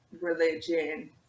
religion